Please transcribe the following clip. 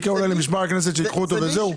אקרא אולי למשמר הכנסת שייקחו אותו וזהו?